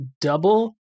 double